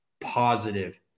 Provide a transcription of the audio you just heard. positive